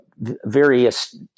various –